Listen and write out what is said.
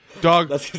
Dog